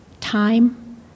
time